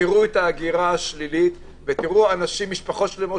תראו את ההגירה השלילית ותראו משפחות שלמות